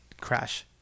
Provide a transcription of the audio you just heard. crash